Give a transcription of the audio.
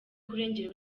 kurengera